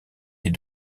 des